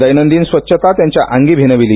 दैनंदिन स्वच्छता त्यांच्या अंगी भिनवली